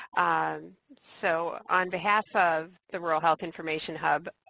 on so on behalf of the rural health information hub,